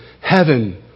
heaven